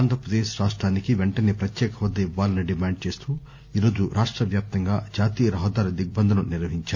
ఆంధ్రప్రదేశ్ రాష్ట్రానికి వెంటనే పత్యేక హోదా ఇవ్వాలని డిమాండ్ చేస్తూ ఈరోజు రాష్ట వ్యాప్తంగా జాతీయ రహదారుల దిగ్బంధనం నిర్వహించారు